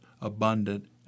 abundant